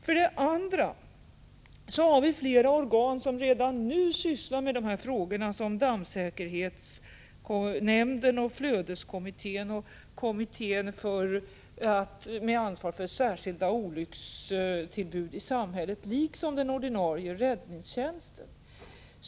För det andra: Vi har flera organ som redan nu sysslar med dessa frågor, såsom dammsäkerhetsnämnden, flödeskommittén och kommittén med ansvar för särskilda olyckstillbud i samhället liksom den ordinarie räddningstjänsten.